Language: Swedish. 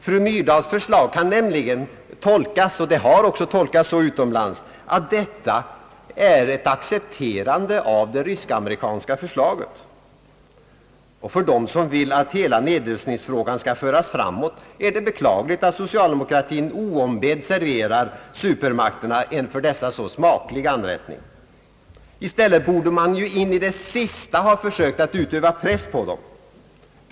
Fru Myrdals förslag kan nämligen tolkas — och det har också tolkats så utomlands — som att detta är ett accepterande av det rysk-amerikanska förslaget. För dem som vill att hela nedrustningsfrågan skall föras framåt är det beklagligt att socialdemokratin oombedd serverar supermakterna en för dessa så smaklig anrättning. I stället borde man in i det sista försökt utöva press på dem.